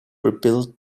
rebuilt